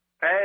Hey